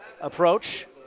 approach